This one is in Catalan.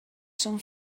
són